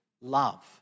love